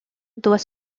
doit